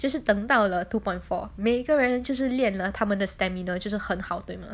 就是等到了 two point four 每个人就是练了他们的 stamina 就是很好